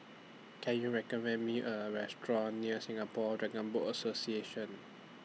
Can YOU recommend Me A Restaurant near Singapore Dragon Boat Association